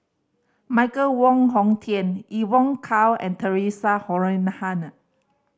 Michael Wong Hong Teng Evon Kow and Theresa Noronha